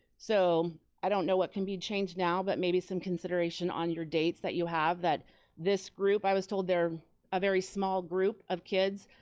so i don't know what can be changed now, but maybe some consideration on your dates that you have, that this group, i was told they're a very small group of kids,